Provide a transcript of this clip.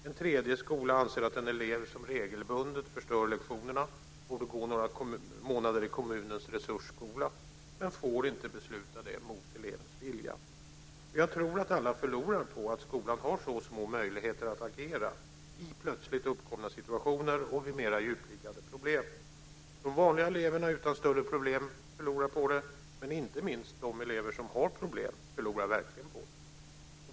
En tredje skola anser att en elev som regelbundet förstör lektionerna borde gå några månader i kommunens resursskola men får inte besluta om det mot elevens vilja. Jag tror att alla förlorar på att skolan har så små möjligheter att agera i plötsligt uppkomna situationer och vid mer djupliggande problem. De vanliga eleverna utan större problem förlorar på det, men inte minst de elever som har problem förlorar verkligen på det.